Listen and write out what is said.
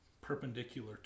perpendicular